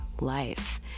Life